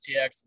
stx